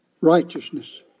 righteousness